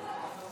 תודה רבה.